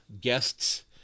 guests